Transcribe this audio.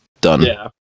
done